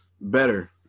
better